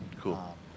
Cool